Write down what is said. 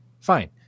fine